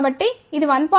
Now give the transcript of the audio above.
కాబట్టి ఇది 1